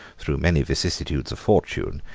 through many vicissitudes of fortune,